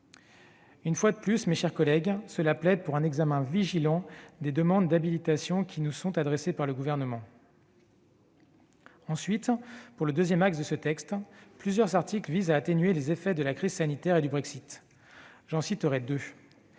une fois de plus, mes chers collègues, pour un examen vigilant des demandes d'habilitation qui nous sont adressées par le Gouvernement. Ensuite- et c'est le deuxième axe -, plusieurs articles visent à atténuer les effets de la crise sanitaire et du Brexit. J'en citerai deux.